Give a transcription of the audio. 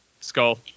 Skull